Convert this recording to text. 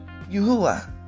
Yahuwah